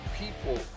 people